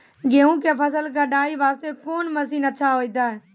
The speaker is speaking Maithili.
गेहूँ के फसल कटाई वास्ते कोंन मसीन अच्छा होइतै?